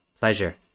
Pleasure